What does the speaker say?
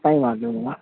કંઈ વાંધો નહીં હા